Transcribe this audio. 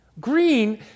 Green